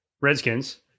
Redskins